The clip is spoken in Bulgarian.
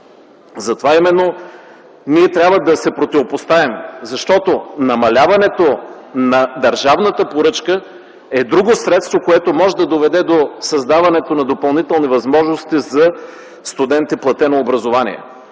Затова именно ние трябва да се противопоставим, защото намаляването на държавната поръчка е друго средство, което може да доведе до създаването на допълнителни възможности за студенти – платено образование,